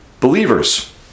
believers